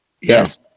yes